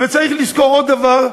וצריך לזכור עוד דבר: